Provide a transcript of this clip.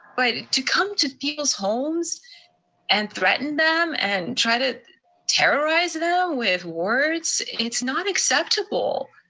but to come to people's home so and threaten them, and try to terrorize them with words? it's not acceptable.